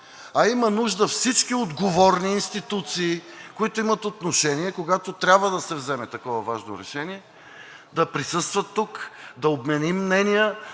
а има нужда всички отговорни институции, които имат отношение, когато трябва да се вземе такова важно решение, да присъстват тук, да обменим мнения,